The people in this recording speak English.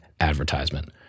advertisement